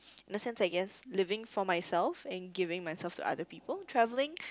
lessons I guess living for myself and giving myself to other people travelling